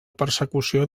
persecució